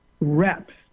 reps